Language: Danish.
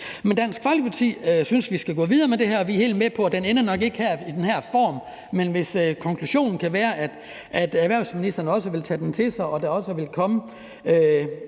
dag. Dansk Folkeparti synes, at vi skal gå videre med det her, og vi er helt med på, at det nok ikke ender i den her form, men hvis konklusionen kan være, at erhvervsministeren vil tage det til sig, og at der også vil komme